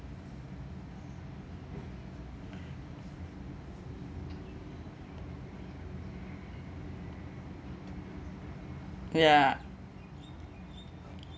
ya